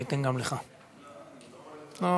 של ראש הממשלה, אומר ראש הממשלה, ושוב,